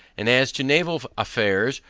and as to naval affairs,